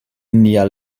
nia